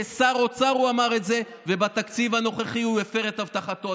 כשר אוצר הוא אמר את זה ובתקציב הנוכחי הוא הפר את הבטחתו.